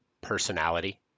personality